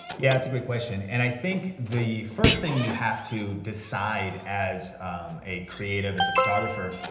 yeah, that's a good question, and i think the first thing you have to decide as a creative, as a photographer,